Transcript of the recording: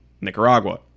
nicaragua